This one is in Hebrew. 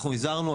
אנחנו הזהרנו,